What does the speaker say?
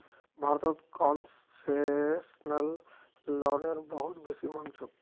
भारतत कोन्सेसनल लोनेर बहुत बेसी मांग छोक